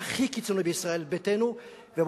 הכי קיצוני בישראל ביתנו, שכחת את ליברמן.